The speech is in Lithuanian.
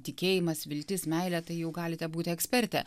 tikėjimas viltis meilė tai jau galite būti ekspertė